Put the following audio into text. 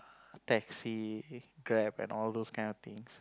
taxi Grab and all those kind of things